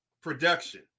production